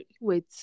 wait